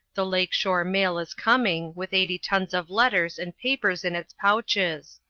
the lake shore mail is coming, with eighty tons of letters and papers in its pouches.